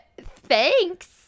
thanks